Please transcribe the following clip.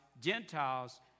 Gentiles